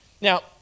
Now